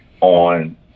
on